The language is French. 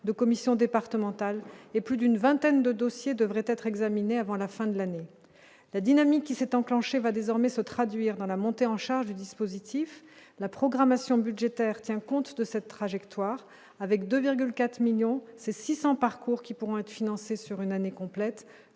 de commissions départementales et plus d'une vingtaine de dossiers devraient être examinés avant la fin de l'année, la dynamique qui s'est enclenchée va désormais se traduire dans la montée en charge du dispositif, la programmation budgétaire tient compte de cette trajectoire avec 2 4 millions c'est 600 parcours qui pourront être financées sur une année complète